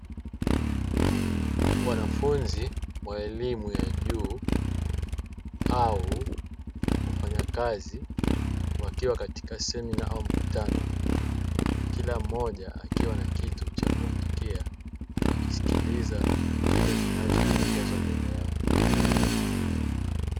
Wanafunzi wa elimu ya juu au wafanyakazi wakiwa katika semina au mkutano. Kila mmoja akiwa na kitu cha kuandikia, wakisikiliza kile kinachoelekezwa mbele yao.